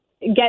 get